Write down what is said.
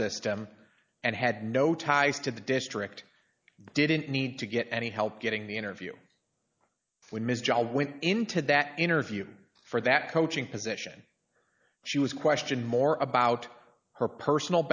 system and had no ties to the district didn't need to get any help getting the interview when ms jo went into that interview for that coaching position she was question more about her personal